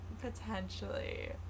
potentially